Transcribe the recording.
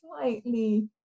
slightly